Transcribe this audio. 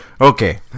Okay